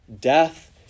death